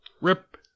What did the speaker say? Rip